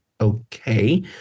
Okay